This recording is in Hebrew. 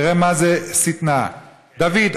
תראה מה זה שטנה: "דוד,